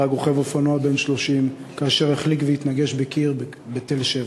נהרג רוכב אופנוע בן 30 כאשר החליק והתנגש בקיר בתל-שבע,